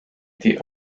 été